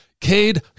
Cade